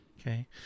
Okay